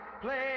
play